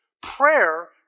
Prayer